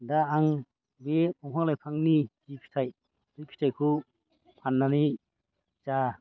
दा आं बे दंफां लाइफांनि फिथाइ बे फिथाइखौ फाननानै जा